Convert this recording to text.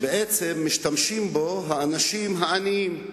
שמשתמשים בו האנשים העניים,